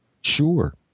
sure